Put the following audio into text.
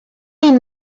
این